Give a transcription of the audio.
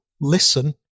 listen